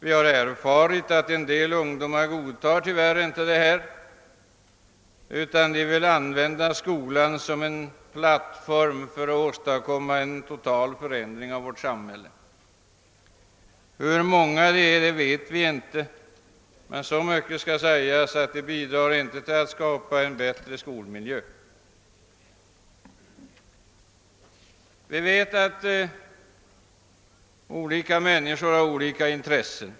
Vi har erfarit att en del ungdomar tyvärr inte godtar detta utan vill använda skolan som en plattform för att åstadkomma en total förändring av vårt samhälle. Hur många de är vet vi inte, men så mycket skall sägas, att de inte bidrar till att skapa en bättre skolmiljö. Vi vet att olika människor har olika intressen.